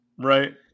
right